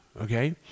okay